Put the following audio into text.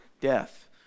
death